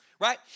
right